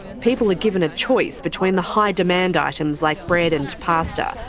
people are given a choice between the high demand items like bread and pasta,